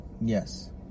Yes